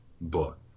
book